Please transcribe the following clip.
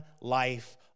life